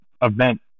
event